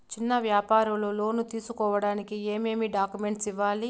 చిన్న వ్యాపారులు లోను తీసుకోడానికి ఏమేమి డాక్యుమెంట్లు ఇవ్వాలి?